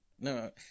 No